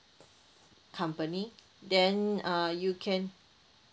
company then uh you can